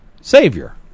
Savior